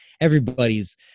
everybody's